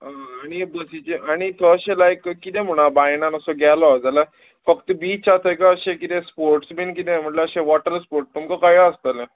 आनी बसीचें आनी थंय अशें लायक किदें म्हण आहा बायलां असो गेलो जाल्यार फक्त बीच आसा काय अशें किदें स्पोट्स बीन किदें म्हटल्यार अशें वॉटर स्पोट्स तुमकां कळ्ळें आसतलें